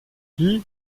wie